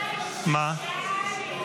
אולי לפני הקריאה השלישית